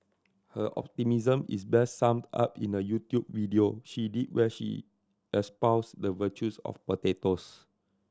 her optimism is best summed up in a YouTube video she did where she espoused the virtues of potatoes